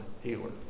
healer